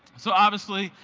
so obviously,